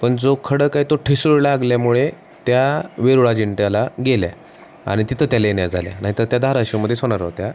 पण जो खडक आहे तो ठिसूळ लागल्यामुळे त्या वेरुळ अजिंठ्याला गेल्या आणि तिथं त्या लेण्या झाल्या नाही तर त्या धाराशिवमध्येच होणार होत्या